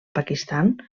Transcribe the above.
pakistan